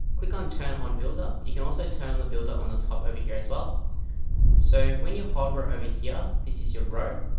click on turn on builder you can also turn on the builder on the top over here as well so when you hover over here, this is your row.